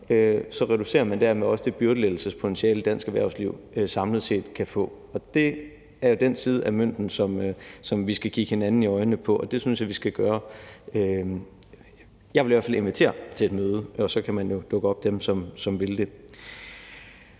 så reducerer man dermed også det byrdelettelsespotentiale, dansk erhvervsliv samlet set kan få. Og det er jo i forbindelse med den side af mønten, hvor vi skal kigge hinanden i øjnene – og det synes jeg vi skal gøre. Jeg vil i hvert fald invitere til et møde, og så kan dem, der vil det,